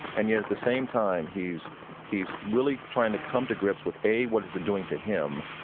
and yet, at the same time, he's he's really trying to come to grips with, a, what is it doing to him,